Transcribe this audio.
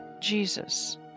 Jesus